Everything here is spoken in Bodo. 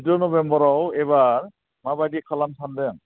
जिद' नबेम्बराव एबार माबादि खालामनो सानदों